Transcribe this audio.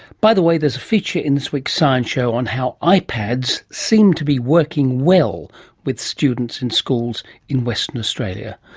by the way, there's a feature in this week's science show on how ipads seem to be working well with students in schools in western australia.